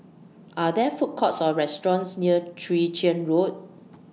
Are There Food Courts Or restaurants near Chwee Chian Road